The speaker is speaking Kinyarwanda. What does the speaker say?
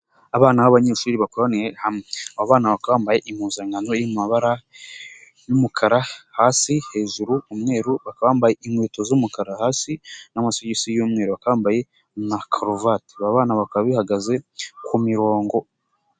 Abana babanyeshuri bakoraniye hamwe, abana bambaye impuzankano yamabara y'umukara hasi, hejuru umweru, bambaye inkweto z'umukara hasi n'amunsigisi y'umweru, bakaba bambaye na karuvati, aba bana bakaba bahagaze ku mirongo.